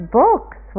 books